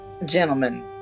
Gentlemen